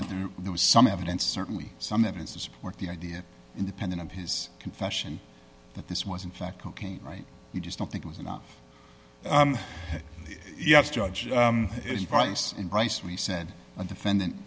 that there was some evidence certainly some evidence to support the idea independent of his confession that this was in fact cocaine right you just don't think was enough yes judge it is price in price we said a defendant